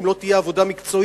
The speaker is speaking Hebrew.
אם לא תהיה עבודה מקצועית,